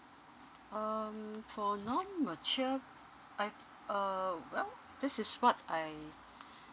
um for non mature I uh well this is what I